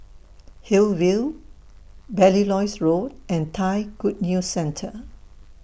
Hillview Belilios Road and Thai Good News Centre